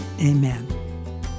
amen